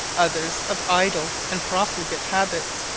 others, of idle and profligate habits,